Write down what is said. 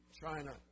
China